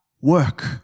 work